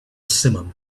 simum